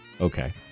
Okay